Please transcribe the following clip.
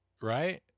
Right